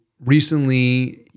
recently